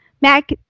Mac